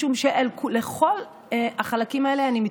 משום שלכל החלקים האלה אני מתכוונת.